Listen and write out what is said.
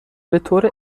بطور